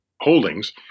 holdings